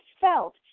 felt